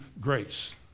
grace